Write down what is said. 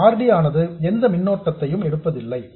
இந்த R D ஆனது எந்த மின்னோட்டத்தையும் எடுப்பதில்லை